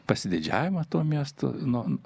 pasididžiavimą to miesto non